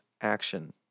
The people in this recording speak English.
action